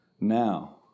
Now